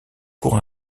cour